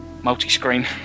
Multi-screen